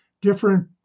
different